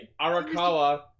Arakawa